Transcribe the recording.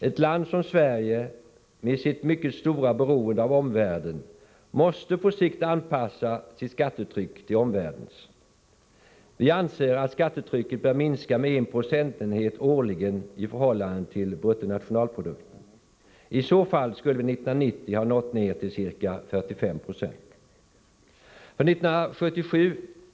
Ett land som Sverige med vårt mycket stora beroende av omvärlden måste på sikt anpassa sitt skattetryck till omvärlden. Vi anser att skattetrycket bör minska med 1 procentenhet årligen i förhållande till bruttonationalprodukten. I så fall skulle vi 1990 ha nått ner till ca 45 90.